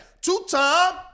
two-time